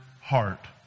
heart